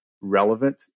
relevant